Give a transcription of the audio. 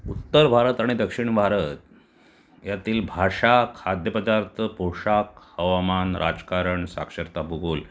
उत्तर भारत आणि दक्षिण भारत यातील भाषा खाद्यपदार्थ पोशाख हवामान राजकारण साक्षरता भूगोल